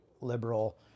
liberal